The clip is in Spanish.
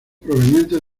provenientes